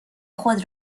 خود